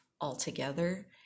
altogether